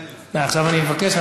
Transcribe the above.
די, עכשיו אני מבקש.